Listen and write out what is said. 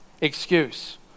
excuse